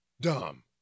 dumb